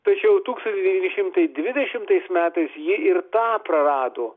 tačiau tūkstantis devyni šimtai dvidešimtais metais ji ir tą prarado